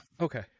okay